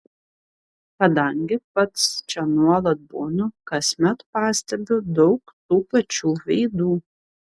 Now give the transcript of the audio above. kadangi pats čia nuolat būnu kasmet pastebiu daug tų pačių veidų